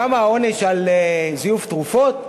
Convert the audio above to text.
כמה העונש על זיוף תרופות?